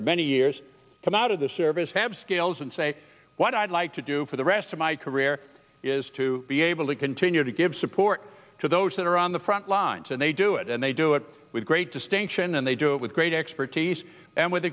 for many years come out of the service have scales and say what i'd like to do for the rest of my career is to be able to continue to give support to those that are on the front lines and they do it and they do it with great distinction and they do it with great expertise and with